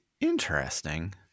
Interesting